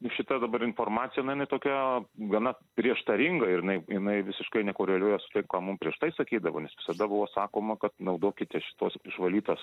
į šitą dabar informacija na jinai tokia gana prieštaringa ir jinai jinai visiškai nekoreliuoja su tai ką mum prieš tai sakydavo nes visada buvo sakoma kad naudokite šituos išvalytas